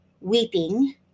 weeping